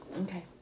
okay